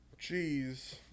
Jeez